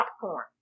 popcorn